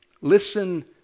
listen